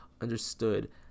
understood